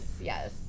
yes